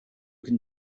can